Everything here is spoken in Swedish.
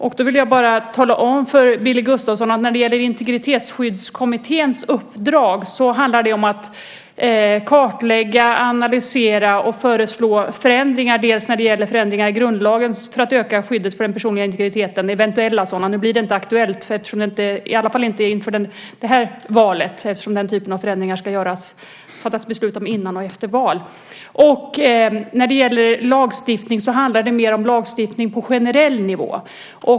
Jag vill tala om för Billy Gustafsson att Integritetsskyddskommitténs uppdrag är att kartlägga, analysera och föreslå förändringar i lagstiftning för att förbättra skyddet för den personliga integriteten. I grundlagen är det inte aktuellt med några sådana, åtminstone inte inför det kommande valet. Den här typen av förändringar ska man ju fatta beslut om före och efter val. När det gäller lagstiftning i övrigt handlar det mest om lagstiftning på en generell nivå.